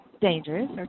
dangerous